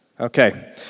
Okay